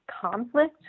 conflict